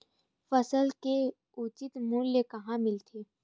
फसल के उचित मूल्य कहां मिलथे?